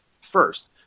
first